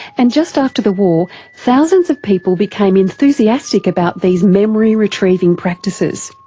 and just after the war thousands of people became enthusiastic about these memory retrieving practices.